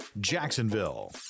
jacksonville